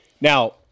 Now